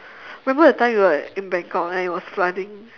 remember that time we were in bangkok and it was flooding